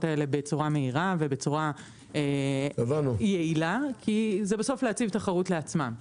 האלה בצורה מהירה ובצורה יעילה כי זה להציב תחרות לעצמם.